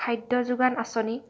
খাদ্য যোগান আঁচনি